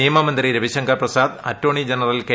നിയമമന്ത്രി Ravishankar Prasad attorney general K